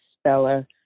Speller